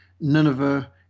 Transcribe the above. Nineveh